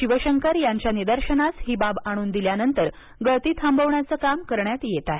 शिवशंकर यांच्या निदर्शनास ही बाब आणून दिल्यानंतर गळती थांबवण्याचे काम करण्यात येत आहे